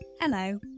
Hello